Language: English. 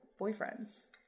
boyfriends